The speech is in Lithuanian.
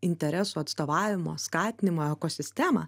interesų atstovavimo skatinimo ekosistemą